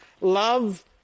love